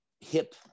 hip